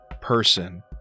person